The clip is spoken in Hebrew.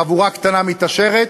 חבורה קטנה מתעשרת,